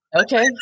Okay